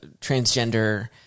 transgender